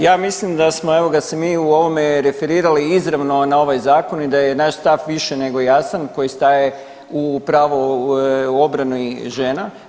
Ja mislim da smo evo ga se mi u ovom referirali izravno na ovaj zakon i da je naš stav više nego jasan koji staje u pravo obrani žena.